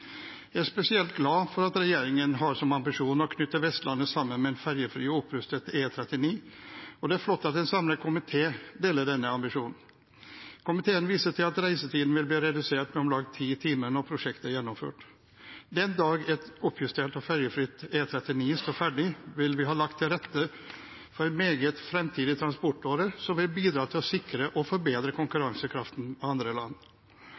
Jeg er spesielt glad for at regjeringen har som ambisjon å knytte Vestlandet sammen med en ferjefri og opprustet E39, og det er flott at en samlet komité deler denne ambisjonen. Komiteen viser til at reisetiden vil bli redusert med om lag ti timer når prosjektet er gjennomført. Den dag en oppjustert og ferjefritt E39 står ferdig, vil vi ha lagt til rette for en meget fremtidig transportåre som vil bidra til å sikre og forbedre konkurransekraften med andre land.